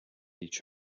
each